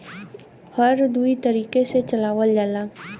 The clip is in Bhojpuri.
हर दुई तरीके से चलावल जाला